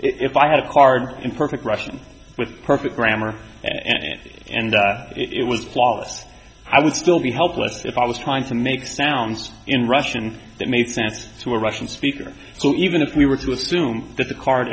if i had a card in perfect russian with perfect grammar and it and it was flawless i would still be hopeless if i was trying to make sounds in russian that made sense to a russian speaker so even if we were to assume that the card